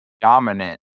dominant